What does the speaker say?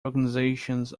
organizations